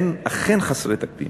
הם אכן חסרי תקדים,